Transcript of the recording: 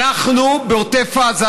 הלכנו בעוטף עזה,